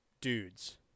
dudes